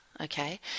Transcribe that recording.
okay